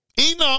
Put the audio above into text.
Enoch